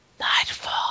Nightfall